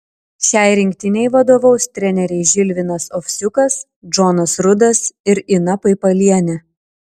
šiai rinktinei vadovaus treneriai žilvinas ovsiukas džonas rudas ir ina paipalienė